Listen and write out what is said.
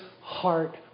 heart